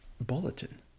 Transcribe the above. bulletin